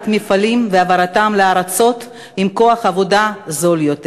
מפעלים והעברתם לארצות עם כוח עבודה זול יותר.